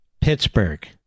Pittsburgh